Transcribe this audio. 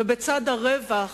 ובצד הרווח